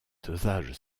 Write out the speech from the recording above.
dosages